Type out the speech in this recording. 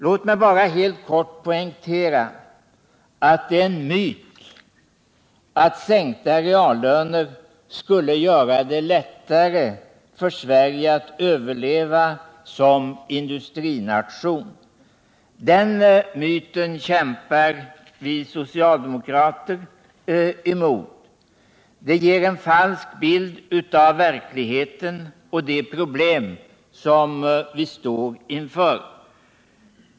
Låt mig bara helt kort poängtera att det är en myt att sänkta reallöner skulle göra det lättare för Sverige att överleva som industrination. Den myten bekämpar vi socialdemokrater. Den ger en falsk bild av verkligheten och de problem vi står inför.